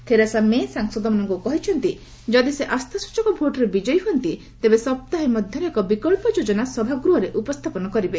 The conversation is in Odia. ଥେରେସା ମେ' ସାଂସଦ ମାନଙ୍କୁ କହିଛନ୍ତି ଯଦି ସେ ଆସ୍ଥାସଚକ ଭୋଟରେ ବିଜୟୀ ହୁଅନ୍ତି ତେବେ ସପ୍ତାହେ ମଧ୍ୟରେ ଏକ ବିକ୍ସ ଯୋଜନା ସଭାଗୃହରେ ଉପସ୍ଥାପନ କରିବେ